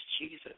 Jesus